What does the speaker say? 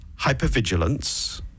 hypervigilance